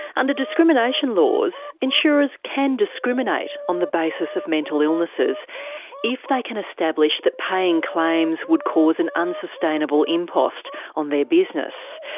under discrimination laws, insurers can discriminate on the basis of mental illnesses if they can establish that paying claims would cause an unsustainable impost on their business.